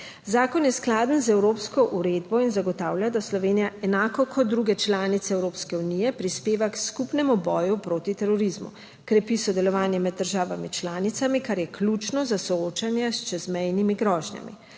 Zakon je skladen z evropsko uredbo in zagotavlja, da Slovenija enako kot druge članice Evropske unije prispeva k skupnemu boju proti terorizmu, krepi sodelovanje med državami članicami, kar je ključno za soočanje s čezmejnimi grožnjami.